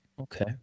Okay